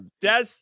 Des